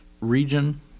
region –